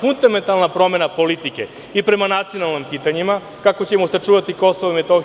Fundamentalna promena politike i prema nacionalnim pitanjima, kako ćemo sačuvati